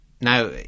Now